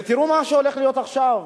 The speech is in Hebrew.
ותראו מה שהולך להיות עכשיו.